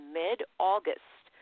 mid-august